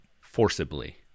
forcibly